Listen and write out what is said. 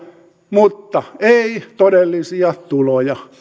mutta ei todellisia tuloja